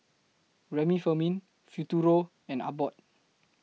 Remifemin Futuro and Abbott